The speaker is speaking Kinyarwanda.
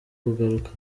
kugaruka